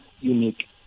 unique